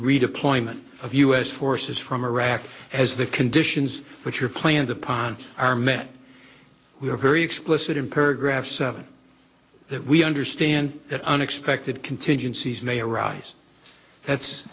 redeployment of u s forces from iraq as the conditions what your plans upon are met we are very explicit in paragraph seven that we understand that unexpected contingencies may arise that's